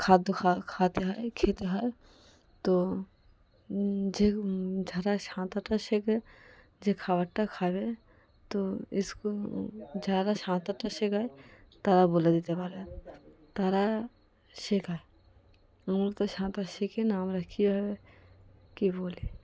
খাদ্য খাওয় খাতে হয় খেতে হয় তো যে যারা সাঁতারটা শেখে যে খাবারটা খাবে তো স্কুল যারা সাঁতারটা শেখায় তারা বলে দিতে পারে তারা শেখায় মূলত সাঁতার শিখি না আমরা কীভাবে কী বলি